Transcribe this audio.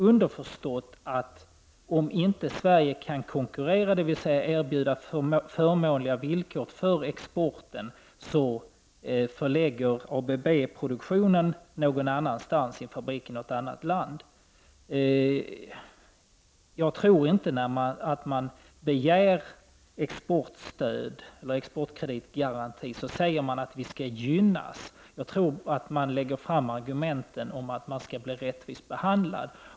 Underförstått var att om Sverige inte kan konkurrera, dvs. erbjuda förmånliga villkor för exporten, kommer ABB att förlägga produktionen till något annat land. Jag tror inte att man, när man begär exportkreditgarantier, säger att man skall gynnas. Jag tror att man lägger fram argument som innebär att man vill bli rättvist behandlad.